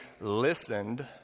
listened